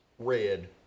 Red